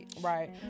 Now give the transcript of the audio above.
Right